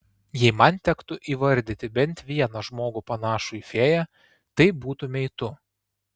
jei man tektų įvardyti bent vieną žmogų panašų į fėją tai būtumei tu